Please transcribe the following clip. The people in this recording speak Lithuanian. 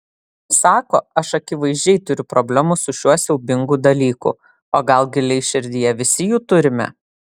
sako aš akivaizdžiai turiu problemų su šiuo siaubingu dalyku o gal giliai širdyje visi jų turime